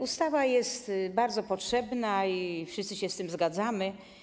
Ustawa jest bardzo potrzebna i wszyscy z tym się zgadzamy.